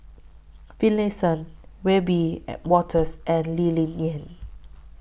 Finlayson Wiebe Wolters and Lee Ling Yen